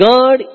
God